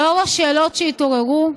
לאור השאלות שהתעוררו,